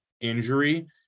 injury